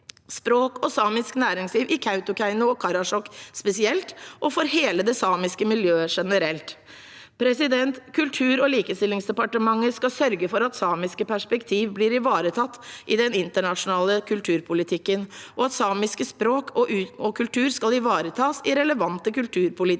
språk og samisk næringsliv i Kautokeino og Karasjok spesielt og for hele det samiske miljøet generelt. Kultur- og likestillingsdepartementet skal sørge for at samiske perspektiver blir ivaretatt i den nasjonale kulturpolitikken, og at samisk språk og kultur skal ivaretas i relevante kulturpolitiske